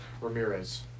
Ramirez